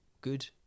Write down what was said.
good